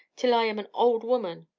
till i am an old woman.